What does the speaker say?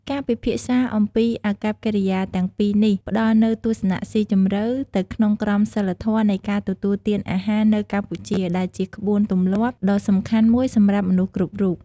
ការពិភាក្សាអំពីអាកប្បកិរិយាទាំងពីរនេះ ផ្តល់នូវទស្សនៈស៊ីជម្រៅទៅក្នុងក្រមសីលធម៌នៃការទទួលទានអាហារនៅកម្ពុជា ដែលជាក្បួនទម្លាប់ដ៏សំខាន់មួយសម្រាប់មនុស្សគ្រប់រូប។